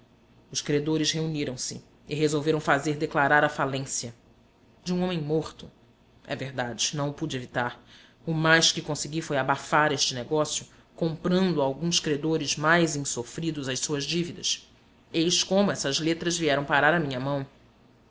os credores reuniram-se e resolveram fazer declarar a falência de um homem morto é verdade não o pude evitar o mais que consegui foi abafar este negócio comprando a alguns credores mais insofridos as suas dívidas eis como essas letras vieram parar à minha mão